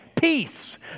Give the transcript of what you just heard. peace